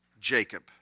Jacob